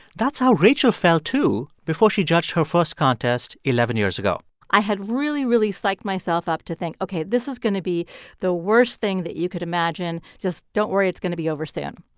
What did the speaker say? that's how rachel felt too before she judged her first contest eleven years ago i had really, really psyched myself up to think, ok, this is going to be the worst thing that you could imagine. just don't worry, it's going to be over soon.